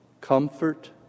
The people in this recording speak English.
Comfort